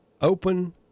open